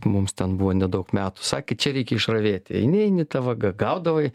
mums ten buvo nedaug metų sakė čia reikia išravėti eini eini ta vaga gaudavai